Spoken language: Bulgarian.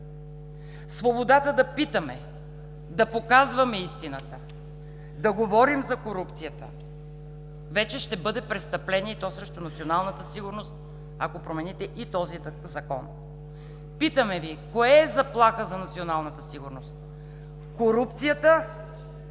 Свободата да питаме, да показваме истината, да говорим за корупцията вече ще бъде престъпление, и то срещу националната сигурност, ако промените и този Закон. Питаме Ви: кое е заплаха за националната сигурност – корупцията